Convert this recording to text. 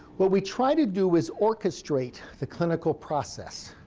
what we try to do is orchestrate the clinical process.